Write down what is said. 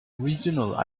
regional